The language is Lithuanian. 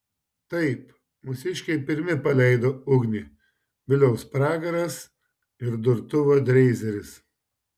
taip mūsiškiai pirmi paleido ugnį viliaus pragaras ir durtuvo dreizeris